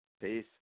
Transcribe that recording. Peace